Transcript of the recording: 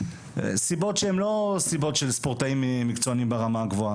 סיבות שהן לא סיבות של ספורטאים מקצוענים ברמה הגבוהה,